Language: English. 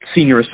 senior